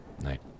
Night